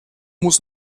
muss